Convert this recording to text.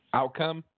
outcome